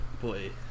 Boy